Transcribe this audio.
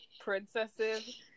princesses